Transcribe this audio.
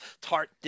tart